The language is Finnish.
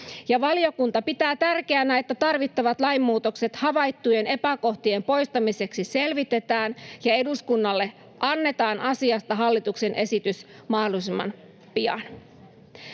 Valiokunta pitää tärkeänä, että tarvittavat lainmuutokset havaittujen epäkohtien poistamiseksi selvitetään ja eduskunnalle annetaan asiasta hallituksen esitys mahdollisimman pian.”